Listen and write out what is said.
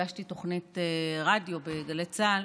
הגשתי תוכנית רדיו בגלי צה"ל,